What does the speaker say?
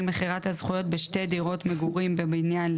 מכירת הזכויות בשתי דירות מגורים בבניין,